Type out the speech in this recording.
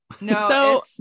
No